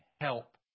help